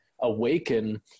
awaken